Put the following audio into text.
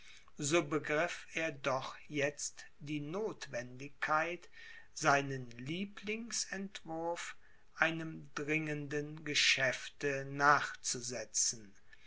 so begriff er doch jetzt die notwendigkeit seinen lieblingsentwurf einem dringenden geschäfte nachzusetzen